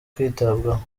kwitabwaho